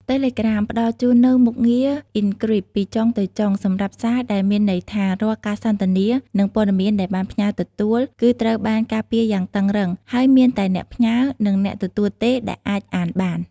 តេឡេក្រាមផ្តល់ជូននូវមុខងារអុិនគ្រីបពីចុងទៅចុង សម្រាប់សារ ដែលមានន័យថា រាល់ការសន្ទនា និងព័ត៌មានដែលបានផ្ញើទទួល គឺត្រូវបានការពារយ៉ាងតឹងរ៉ឹង ហើយមានតែអ្នកផ្ញើ និងអ្នកទទួលទេដែលអាចអានបាន។